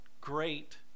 great